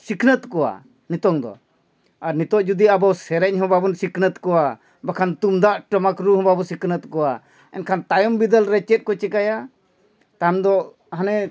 ᱥᱤᱠᱷᱱᱟᱹᱛ ᱠᱚᱣᱟ ᱱᱤᱛᱚᱝ ᱫᱚ ᱟᱨ ᱱᱤᱛᱚᱜ ᱡᱩᱫᱤ ᱟᱵᱚ ᱥᱮᱨᱮᱧ ᱦᱚᱸ ᱵᱟᱵᱚᱱ ᱥᱤᱠᱷᱱᱟᱹᱛ ᱠᱚᱣᱟ ᱵᱟᱠᱷᱟᱱ ᱛᱩᱢᱫᱟᱜ ᱴᱟᱢᱟᱠ ᱨᱩ ᱦᱚᱸ ᱵᱟᱵᱚᱱ ᱥᱤᱠᱷᱱᱟᱹᱛ ᱠᱚᱣᱟ ᱮᱱᱠᱷᱟᱱ ᱛᱟᱭᱚᱢ ᱵᱤᱫᱟᱹᱞ ᱨᱮ ᱪᱮᱫ ᱠᱚ ᱪᱤᱠᱟᱭᱟ ᱛᱟᱢ ᱫᱚ ᱦᱟᱱᱮ